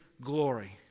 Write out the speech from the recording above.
Glory